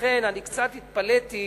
ולכן קצת התפלאתי